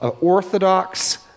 orthodox